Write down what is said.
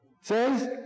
says